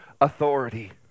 authority